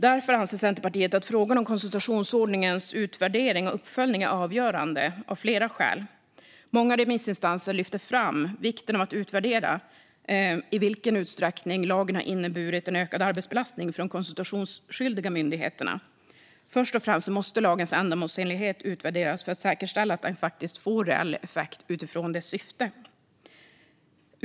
Därför anser vi att frågan om konsultationsordningens utvärdering och uppföljning av flera skäl är avgörande. Många remissinstanser lyfter fram vikten av att utvärdera i vilken utsträckning lagen inneburit en ökad arbetsbelastning för de konsultationsskyldiga myndigheterna, men först och främst måste lagens ändamålsenlighet utvärderas för att säkerställa att den faktiskt får reell effekt utifrån sitt syfte.